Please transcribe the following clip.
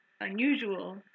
unusual